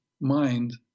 mind